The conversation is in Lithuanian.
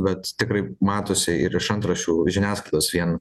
bet tikrai matosi ir iš antraščių žiniasklaidos vien